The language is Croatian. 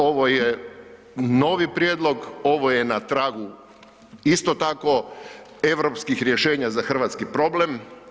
Ovo je, ovo je novi prijedlog, ovo je na tragu isto tako europskih rješenja za hrvatski problem.